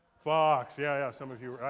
fox, yeah, yeah, some of you.